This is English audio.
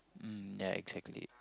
mm yeah exactly